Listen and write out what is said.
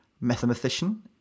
mathematician